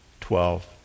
twelve